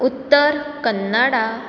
Uttar Kannada